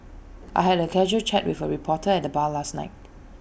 I had A casual chat with A reporter at the bar last night